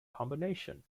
combination